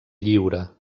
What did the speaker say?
lliure